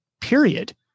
period